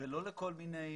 ולא לכל מיני